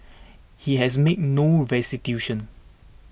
he has made no restitution